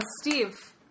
Steve